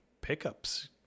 pickups